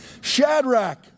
Shadrach